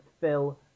Phil